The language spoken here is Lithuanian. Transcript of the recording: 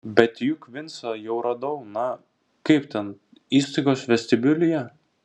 bet juk vincą jau radau na kaip ten įstaigos vestibiulyje